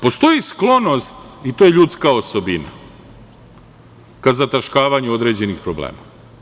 Postoji sklonost, i to je ljudska osobina, ka zataškavanju određenih problema.